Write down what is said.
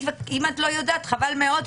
ואם את לא יודעת, זה חבל מאוד.